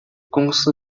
公司